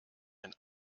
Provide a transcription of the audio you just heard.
den